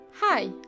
Hi